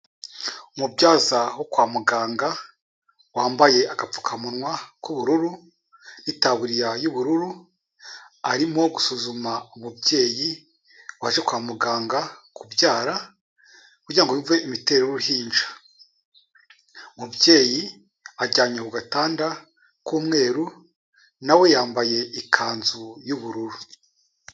Umubyaza wo kwa muganga wambaye agapfukamunwa k'ubururu, itaburiya y'ubururu, arimo gusuzuma umubyeyi waje kwa muganga kubyara kugira yumve imiterere y'uruhinja. Umubyeyi aryamye ku gatanda k'umweru, na we yambaye ikanzu y'ubururu.